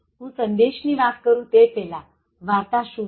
હું સંદેશ ની વાત કરું તે પહેલાવાર્તા શું છે